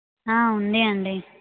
ఉన్నయండి